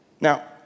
Now